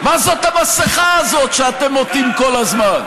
מה זאת המסכה הזאת שאתם עוטים כל הזמן?